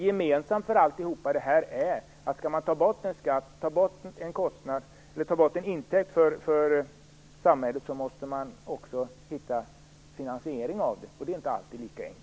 Gemensamt är att om man skall ta bort en intäkt för samhället måste man också hitta en finansiering för detta, och det är inte alltid lika enkelt.